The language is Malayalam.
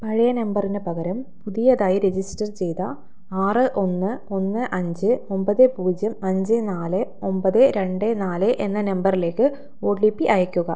പഴയ നമ്പറിന് പകരം പുതിയതായി രജിസ്റ്റർ ചെയ്ത ആറ് ഒന്ന് ഒന്ന് അഞ്ച് ഒമ്പത് പൂജ്യം അഞ്ച് നാല് ഒമ്പത് രണ്ട് നാല് എന്ന നമ്പറിലേക്ക് ഒ ടി പി അയയ്ക്കുക